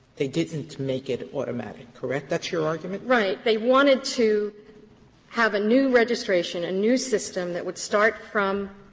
they didn't make it automatic, correct? that's your argument? cain right. they wanted to have a new registration, a new system that would start from